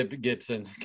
Gibson